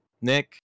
Nick